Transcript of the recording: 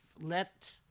let